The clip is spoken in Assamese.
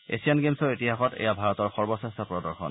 এছিয়ান গেম্ছৰ ইতিহাসত এয়া ভাৰতৰ সৰ্বশ্ৰেষ্ঠ প্ৰদৰ্শন